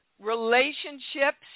Relationships